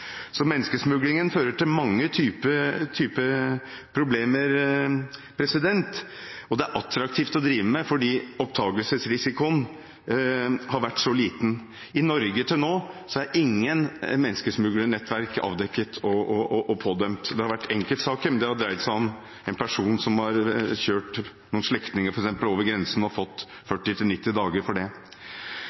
Så menneskesmuglingen fører til mange typer problemer, og det er attraktivt å drive med fordi oppdagelsesrisikoen er så liten. I Norge er til nå ingen menneskesmuglernettverk avdekket og pådømt. Det har vært enkeltsaker, men de har f.eks. dreid seg om en person som har kjørt noen slektninger over grensen og fått 40–90 dager for det.